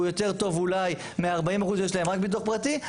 הוא יותר טוב אולי מ-40% שיש להם רק ביטוח פרטי,